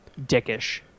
dickish